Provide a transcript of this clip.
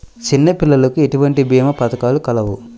చిన్నపిల్లలకు ఎటువంటి భీమా పథకాలు కలవు?